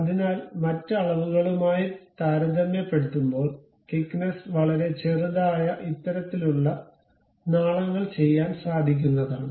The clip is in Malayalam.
അതിനാൽ മറ്റ് അളവുകളുമായി താരതമ്യപ്പെടുത്തുമ്പോൾ തിക്നെസ്സ് വളരെ ചെറുതായ ഇത്തരത്തിലുള്ള നാളങ്ങൾ ചെയ്യാൻ സാധിക്കുന്നതാണ്